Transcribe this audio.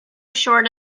short